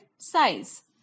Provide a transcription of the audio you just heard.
Size